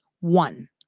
one